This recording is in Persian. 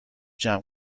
جمع